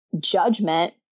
judgment